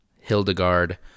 Hildegard